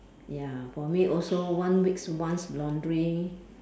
ya for me also one weeks once laundry